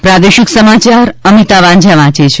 પ્રાદેશિક સમાચાર અમિતા વાંઝા વાંચે છે